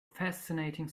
fascinating